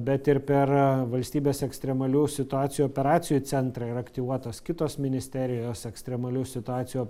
bet ir per valstybės ekstremalių situacijų operacijų centrą yra aktyvuotos kitos ministerijos ekstremalių situacijų